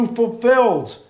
fulfilled